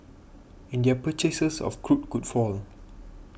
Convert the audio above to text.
and their purchases of crude could fall